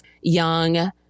young